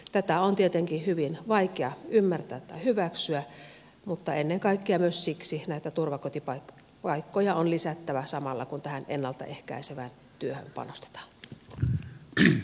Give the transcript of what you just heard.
tätä on tietenkin hyvin vaikea ymmärtää tai hyväksyä mutta ennen kaikkea myös siksi näitä turvakotipaikkoja on lisättävä samalla kun ennalta ehkäisevään työhön panostetaan